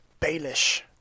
Baelish